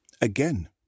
Again